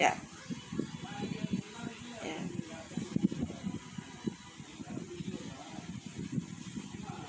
ya